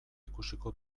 ikusiko